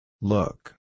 Look